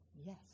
yes